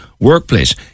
workplace